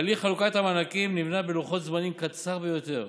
הליך חלוקת המענקים נבנה בלוח זמנים קצר ביותר